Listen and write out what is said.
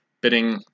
bidding